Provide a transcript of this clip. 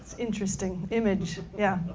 interesting image. yeah